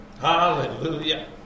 Hallelujah